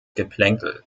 geplänkel